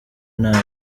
nta